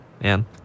man